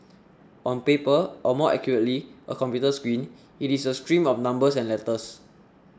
on paper or more accurately a computer screen it is a stream of numbers and letters